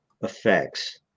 effects